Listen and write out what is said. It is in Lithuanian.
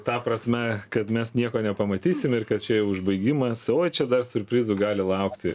ta prasme kad mes nieko nepamatysime ir kad čia užbaigimas o čia dar siurprizų gali laukti